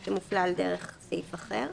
זה מופלל דרך סעיף אחר.